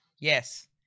Yes